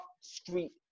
street